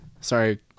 Sorry